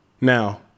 Now